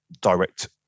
direct